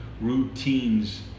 routines